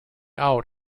out